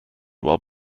while